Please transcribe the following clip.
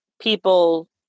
people